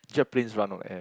jet planes run on air